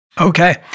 Okay